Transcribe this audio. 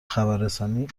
خبررسانی